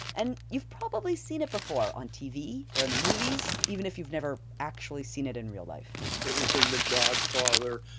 and you've probably seen it before on tv or in the movies, even if you've never actually seen it in real life it was in the godfather,